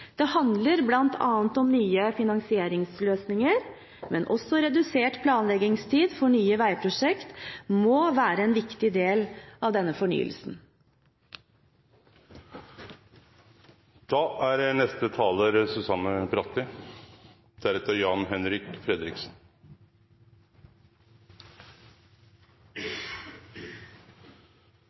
Det handler bl.a. om nye finansieringsløsninger, men også redusert planleggingstid for nye veiprosjekter må være en viktig del av